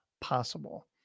possible